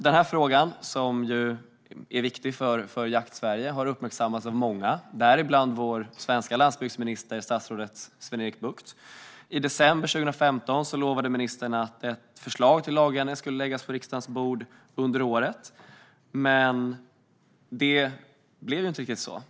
Denna fråga som är viktig för Jaktsverige har uppmärksammats av många, däribland vår svenska landsbygdsminister, statsrådet Sven-Erik Bucht. I december 2015 lovade ministern att ett förslag till lagändring skulle läggas på riksdagens bord under året. Men det blev inte riktigt så.